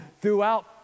throughout